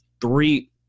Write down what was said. three